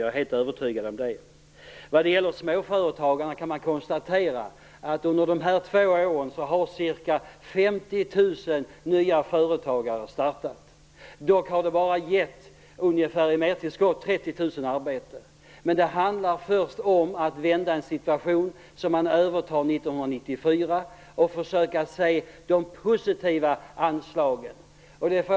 Jag är helt övertygad om det. Vad gäller småföretagarna kan jag konstatera att ca 50 000 nya företag har startats under dessa två år. Det har dock bara givit ungefär 30 000 arbeten i mertillskott. Det handlar om att vända den situation som man övertog 1994 och försöka se de positiva anslagen.